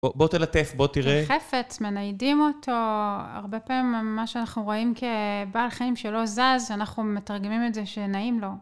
בוא בוא תלטף, בוא תראה. חפץ, מניידים אותו. הרבה פעמים מה שאנחנו רואים כבעל חיים שלא זז, אנחנו מתרגמים את זה שנעים לו.